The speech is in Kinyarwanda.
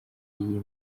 iyi